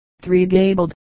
Three-gabled